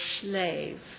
slave